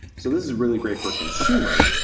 so this is really great for consumers,